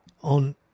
On